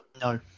No